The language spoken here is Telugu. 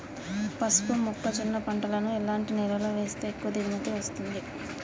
పసుపు మొక్క జొన్న పంటలను ఎలాంటి నేలలో వేస్తే ఎక్కువ దిగుమతి వస్తుంది?